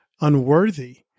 unworthy